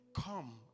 Come